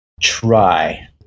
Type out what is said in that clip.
try